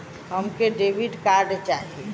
हमके credit card चाही